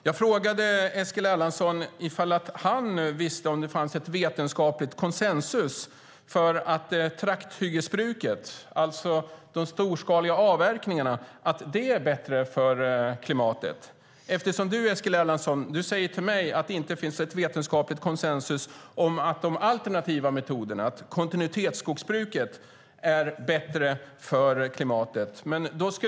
Jag frågade om Eskil Erlandsson vet om det finns vetenskapligt konsensus för att trakthyggesbruket, alltså de storskaliga avverkningarna, är bättre för klimatet. Eskil Erlandsson säger till mig att det inte finns något vetenskapligt konsensus för att de alternativa metoderna, kontinuitetsskogsbruket, är bättre för klimatet.